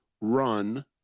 run